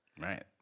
Right